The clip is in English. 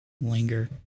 linger